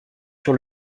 sur